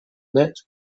next